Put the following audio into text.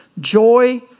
Joy